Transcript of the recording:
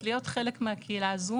להיות חלק מהקהילה הזו,